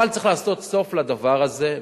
אבל צריך לעשות סוף לדבר הזה,